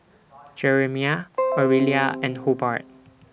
Jeremiah Orelia and Hobart